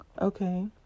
okay